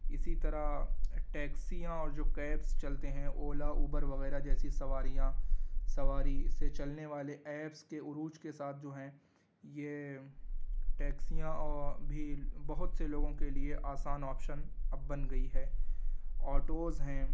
اسی طرح ٹیکسیاں اور جو کیبس چلتے ہیں اولا اوبر وغیرہ جیسی سواریاں سواری سے چلنے والے ایپس کے عروج کے ساتھ جو ہیں یہ ٹیکسیاں بھی بہت سے لوگوں کے لیے آسان آپشن اب بن گئی ہے آٹوز ہیں